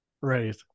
right